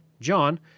John